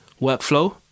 workflow